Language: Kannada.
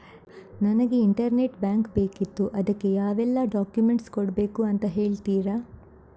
ನನಗೆ ಇಂಟರ್ನೆಟ್ ಬ್ಯಾಂಕ್ ಬೇಕಿತ್ತು ಅದಕ್ಕೆ ಯಾವೆಲ್ಲಾ ಡಾಕ್ಯುಮೆಂಟ್ಸ್ ಕೊಡ್ಬೇಕು ಅಂತ ಹೇಳ್ತಿರಾ?